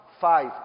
Five